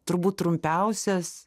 turbūt trumpiausias